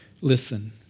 Listen